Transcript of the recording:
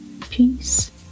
peace